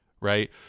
Right